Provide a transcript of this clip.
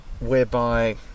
whereby